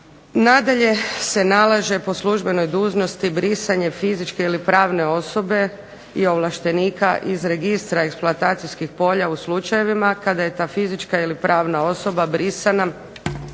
Nadalje se nalaže po službenoj dužnosti brisanje fizičke ili pravne osobe i ovlaštenika iz registra eksploatacijskih polja u slučajevima kada je ta fizička ili pravna osoba brisana